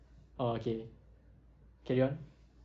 oh okay carry on